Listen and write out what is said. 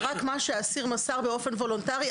זה רק מה שהאסיר מסר באופן וולונטרי,